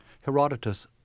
Herodotus